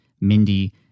mindy